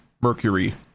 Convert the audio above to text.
Mercury